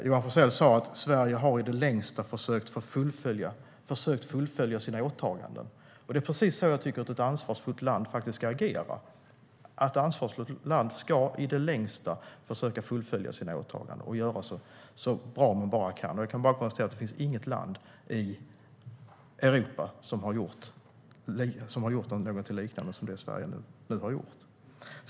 Johan Forssell sa att Sverige i det längsta har försökt fullfölja sina åtaganden, och det är precis så jag tycker att ett ansvarsfullt land ska agera. Ett ansvarsfullt land ska i det längsta försöka fullfölja sina åtaganden och göra det så bra man bara kan. Jag kan bara konstatera att det inte finns något land i Europa som har gjort något som liknar det Sverige nu har gjort.